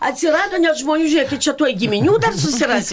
atsirado net žmonių žiūrėkit čia tuoj giminių susirasi